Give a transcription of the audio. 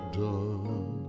done